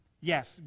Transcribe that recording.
Yes